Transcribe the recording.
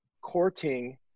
courting